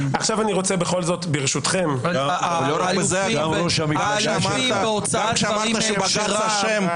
עכשיו אני רוצה בכל זאת ברשותכם --- אלופים בהוצאת דברים מהקשרם,